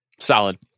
Solid